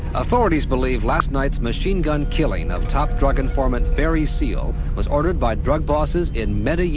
authorities believe last night's machine gun killing of top drug informant, barry seal, was ordered by drug bosses in medellin,